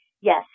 Yes